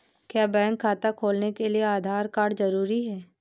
क्या बैंक खाता खोलने के लिए आधार कार्ड जरूरी है?